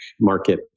market